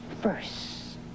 first